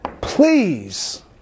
please